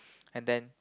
and then